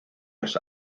los